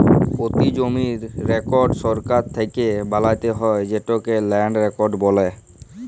পতি জমির রেকড় সরকার থ্যাকে বালাত্যে হয় যেটকে ল্যান্ড রেকড় বলে